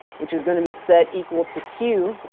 which is going to be set equal to q